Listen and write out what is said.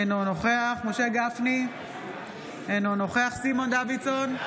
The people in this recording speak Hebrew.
אינו נוכח משה גפני, אינו נוכח סימון דוידסון,